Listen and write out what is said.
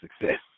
success